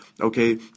okay